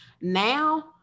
Now